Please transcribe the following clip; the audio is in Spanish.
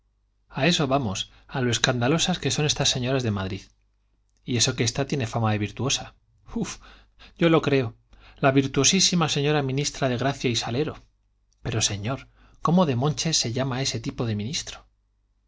a eso vamos a lo escandalosas que son esas señoronas de madrid y eso que esta tiene fama de virtuosa uf yo lo creo la virtuosísima señora ministra de gracia y salero pero señor cómo demonches se llama ese tipo de ministro